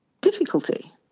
difficulty